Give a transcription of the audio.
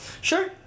sure